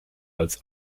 als